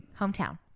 Hometown